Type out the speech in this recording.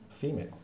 female